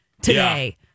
today